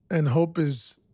and hope is,